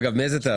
אגב, מאיזה תאריך?